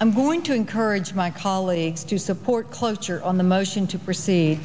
i'm going to encourage my colleagues to support cloture on the motion to proceed